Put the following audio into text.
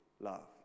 love